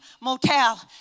Motel